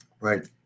Right